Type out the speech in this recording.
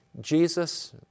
Jesus